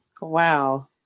Wow